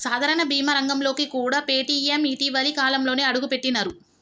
సాధారణ బీమా రంగంలోకి కూడా పేటీఎం ఇటీవలి కాలంలోనే అడుగుపెట్టినరు